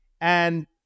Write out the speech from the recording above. And-